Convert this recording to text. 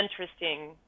interesting